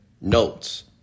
notes